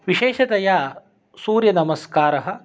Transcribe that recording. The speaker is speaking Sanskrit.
विशेषतया सूर्यनमस्कारः